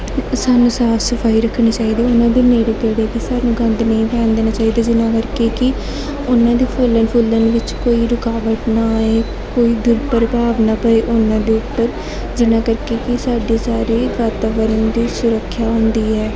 ਸਾਨੂੰ ਸਾਫ਼ ਸਫ਼ਾਈ ਰੱਖਣੀ ਚਾਹੀਦੀ ਹੈ ਉਨ੍ਹਾਂ ਦੇ ਨੇੜੇ ਤੇੜੇ ਵੀ ਸਾਨੂੰ ਗੰਦ ਨਹੀਂ ਪੈਣ ਦੇਣਾ ਚਾਹੀਦਾ ਜਿਨ੍ਹਾਂ ਕਰਕੇ ਕਿ ਉਨ੍ਹਾਂ ਦੇ ਫੱਲਣ ਫੁੱਲਣ ਵਿੱਚ ਕੋਈ ਰੁਕਾਵਟ ਨਾ ਆਏ ਕੋਈ ਦੁਰਪ੍ਰਭਾਵ ਆ ਪਏ ਉਨ੍ਹਾਂ ਦੇ ਉੱਪਰ ਜਿਨ੍ਹਾਂ ਕਰਕੇ ਕਿ ਸਾਡੀ ਸਾਰੇ ਵਾਤਾਵਰਨ ਦੀ ਸੁਰੱਖਿਆ ਹੁੰਦੀ ਹੈ